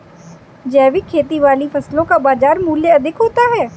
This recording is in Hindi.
जैविक खेती वाली फसलों का बाजार मूल्य अधिक होता है